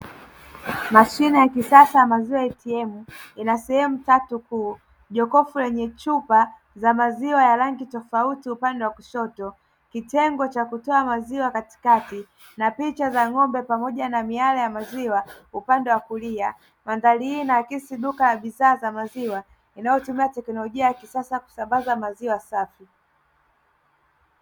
Mashine ya kisasa ya maziwa ATM ina sehemu tatu kuu jokofu lenye chupa za maziwa ya rangi tofauti upande wa kushoto, kitengo cha kutoa maziwa katikati ,na picha za ng'ombe pamoja na miale ya maziwa upande wa kulia .Madhari hii inaakisi duka la bidhaa za maziwa linalotumia teknolojia ya kisasa kusambaza maziwa safi.